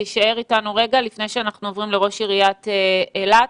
תישאר אתנו לפני שאנחנו עוברים לראש עיריית אילת.